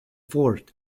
ford